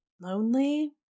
lonely